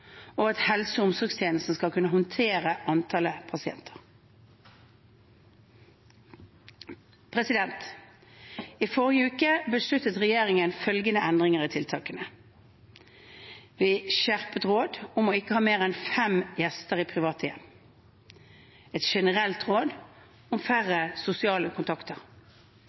og at helse- og omsorgstjenesten skal kunne håndtere antallet pasienter. I forrige uke besluttet regjeringen følgende endringer i tiltakene: et skjerpet råd om ikke å ha mer enn fem gjester i private hjem et generelt råd om færre sosiale kontakter